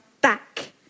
back